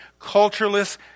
cultureless